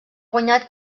guanyat